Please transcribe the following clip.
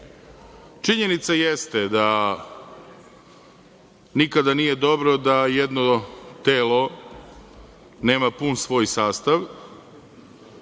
porez. Činjenica jeste da nikada nije dobro da jedno telo nema pun svoj sastav